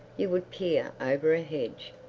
you would peer over a hedge,